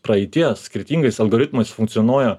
praeities skirtingais algoritmais funkcionuoja